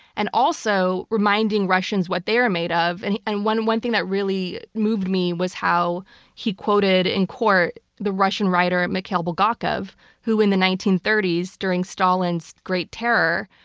and also reminding russians what they are made ah of. and and one one thing that really moved me was how he quoted in court the russian writer mikhail bulgakov who, in the nineteen thirty s during stalin's great terror,